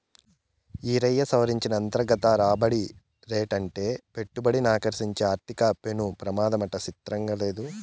ఈరయ్యా, సవరించిన అంతర్గత రాబడి రేటంటే పెట్టుబడిని ఆకర్సించే ఆర్థిక పెమాదమాట సిత్రంగా లేదూ